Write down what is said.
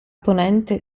ponente